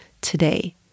today